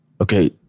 Okay